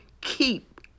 keep